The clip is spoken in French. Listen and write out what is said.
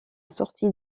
sortie